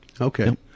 okay